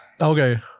Okay